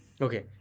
okay